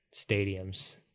stadiums